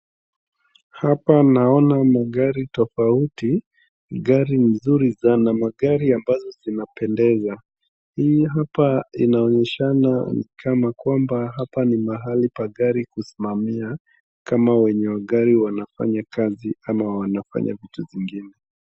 Hapa naona magari tofauti, gari mzuri sana. Magari ambazo zinapendeza. Hii hapa inaonyeshana ni kama kwamba hapa ni mahali pa magari kusimamia kama wenye gari wanafanya kazi ama wanafanya vitu zingine .